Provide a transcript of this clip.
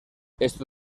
esto